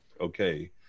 okay